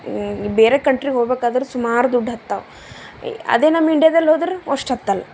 ಬೇರೆ ಕಂಟ್ರಿಗೆ ಹೋಗ್ಬೇಕಾದ್ರೆ ಸುಮಾರು ದುಡ್ಡು ಹತ್ತವು ಅದೇ ನಮ್ಮ ಇಂಡಿಯಾದಲ್ಲಿ ಹೋದರೆ ಅಷ್ಟು ಹತ್ತಲ್ಲಿ